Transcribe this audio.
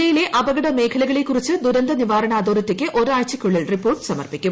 ജില്ലയിലെ അപകടമേഖലകളെക്കുറിച്ച് ദുരന്തനിവാരണ അതോറിറ്റിക്ക് ഒരാഴ്ചയ്ക്കുള്ളിൽ റിപ്പോർട്ട് സമർപ്പിക്കും